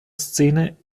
szene